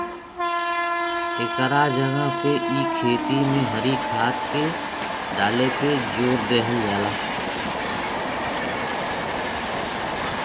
एकरा जगह पे इ खेती में हरी खाद के डाले पे जोर देहल जाला